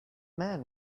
man